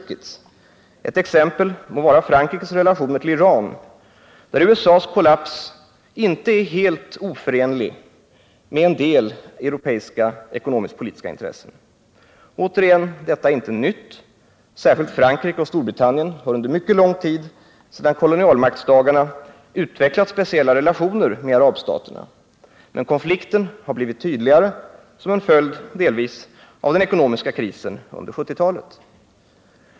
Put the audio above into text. Ett exempel må vara Frankrikes relationer till Iran — där USA:s kollaps inte är helt oförenlig med en del europeiska ekonomiskpolitiska intressen. Återigen: detta är inte nytt. Särskilt Frankrike och Storbritannien har under mycket lång tid sedan kolonialmaktsdagarna utvecklat speciella relationer med arabstaterna. Men konflikten har blivit tydligare, delvis som en följd av den ekonomiska krisen under 1970-talet.